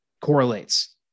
correlates